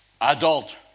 adult